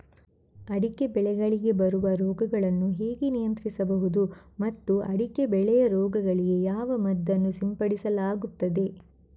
ಅಡಿಕೆ ಬೆಳೆಗಳಿಗೆ ಬರುವ ರೋಗಗಳನ್ನು ಹೇಗೆ ನಿಯಂತ್ರಿಸಬಹುದು ಮತ್ತು ಅಡಿಕೆ ಬೆಳೆಯ ರೋಗಗಳಿಗೆ ಯಾವ ಮದ್ದನ್ನು ಸಿಂಪಡಿಸಲಾಗುತ್ತದೆ?